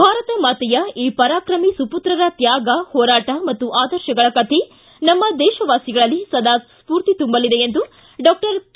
ಭಾರತ ಮಾತೆಯ ಈ ಪರಾಕ್ರಮಿ ಸುಪುತ್ರರ ತ್ಯಾಗ ಹೋರಾಟ ಮತ್ತು ಆದರ್ಶಗಳ ಕಥೆ ನಮ್ಮ ದೇಶವಾಸಿಗಳಲ್ಲಿ ಸದಾ ಸ್ಪೂರ್ತಿ ತುಂಬಲಿದೆ ಎಂದು ಡಾಕ್ಟರ್ ಕೆ